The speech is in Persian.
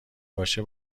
باشه